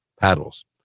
paddles